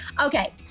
Okay